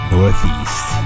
Northeast